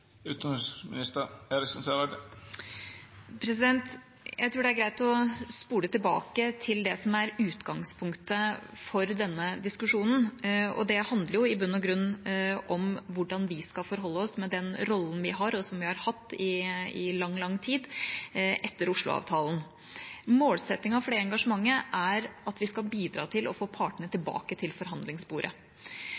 Jeg tror det er greit å spole tilbake til det som er utgangspunktet for denne diskusjonen, og det handler i bunn og grunn om hvordan vi skal forholde oss med den rollen vi har, og som vi har hatt i lang, lang tid etter Oslo-avtalen. Målsettingen for det engasjementet er at vi skal bidra til å få partene tilbake til